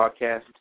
Podcast